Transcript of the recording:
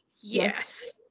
Yes